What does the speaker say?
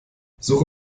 suche